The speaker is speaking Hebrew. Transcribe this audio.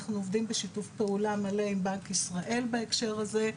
אנחנו עובדים בשיתוף פעולה מלא עם בנק ישראל בהקשר הזה,